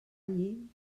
allí